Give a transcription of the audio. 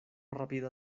rapida